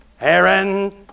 Aaron